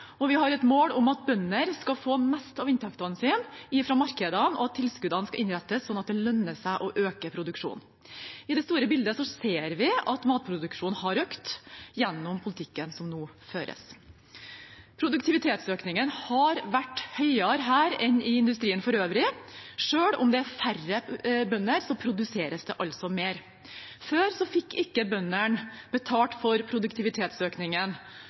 og vi har et mål om at bønder skal få mest av inntektene sine fra markedene, og at tilskuddene skal innrettes slik at det lønner seg å øke produksjonen. I det store bildet ser vi at matproduksjonen har økt med den politikken som nå føres. Produktivitetsøkningen har vært høyere her enn i industrien for øvrig. Selv om det er færre bønder, produseres det mer. Før fikk ikke bøndene betalt for produktivitetsøkningen,